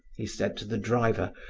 he said to the driver,